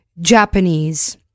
Japanese